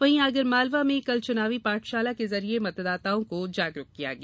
वहीं आगर मालवा में कल चुनावी पाठशाला के जरिये मतदाताओं को जागरुक किया गया